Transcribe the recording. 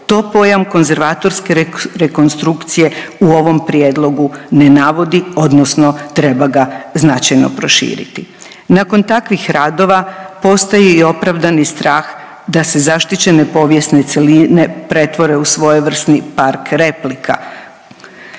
To pojam konzervatorske rekonstrukcije u ovom prijedlogu ne navodi, odnosno treba ga značajno proširiti. Nakon takvih radova postoji i opravdani strah da se zaštićene povijesne cjeline pretvore u svojevrsni park replika